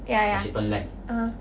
ya ya (uh huh)